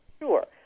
Sure